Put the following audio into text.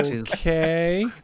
okay